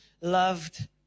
loved